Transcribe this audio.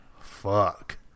Fuck